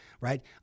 right